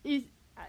is I